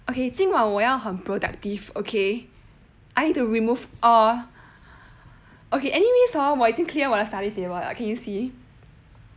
okay 今晚我要很 productive okay I need to remove all okay anyways hor 我已经 clear 我的 study table can you see